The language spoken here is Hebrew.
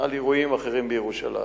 על אירועים אחרים בירושלים.